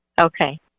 Okay